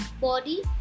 body